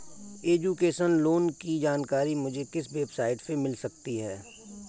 Education loan की जानकारी मुझे किस वेबसाइट से मिल सकती है?